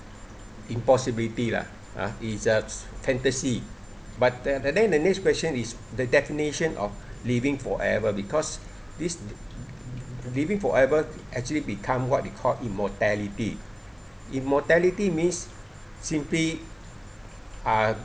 impossibility lah ah it's a fantasy but the and then the next question is the definition of living forever because this living forever actually become what they called immortality immortality means simply uh